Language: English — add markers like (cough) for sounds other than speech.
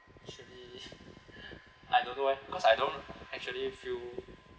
actually (laughs) I don't know eh cause I don't actually feel